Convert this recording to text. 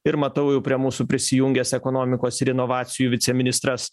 ir matau jau prie mūsų prisijungęs ekonomikos ir inovacijų viceministras